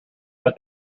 but